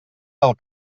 del